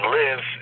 live